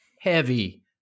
heavy